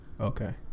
Okay